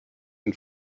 ein